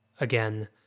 again